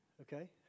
Okay